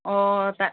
অঁ